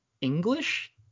English